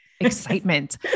excitement